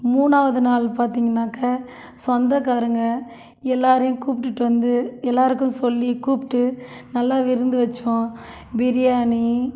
மூணாவது நாள் பார்த்தீங்கனாக்க சொந்தக்காரங்க எல்லோரையும் கூப்பிட்டுட்டு வந்து எல்லோருக்கும் சொல்லி கூப்பிட்டு நல்லா விருந்து வச்சோம் பிரியாணி